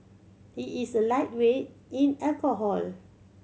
he is a lightweight in alcohol